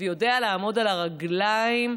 ויודע לעמוד על הרגליים,